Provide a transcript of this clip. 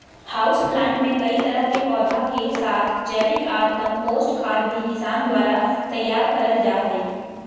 house plant मे कई तरह के पौधा के साथ जैविक ऑर कम्पोस्ट खाद भी किसान द्वारा तैयार करल जा हई